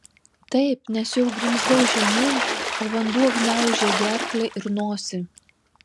taip nes jau grimzdau žemyn o vanduo gniaužė gerklę ir nosį